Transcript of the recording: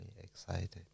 excited